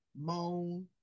moan